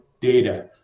data